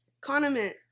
Condiment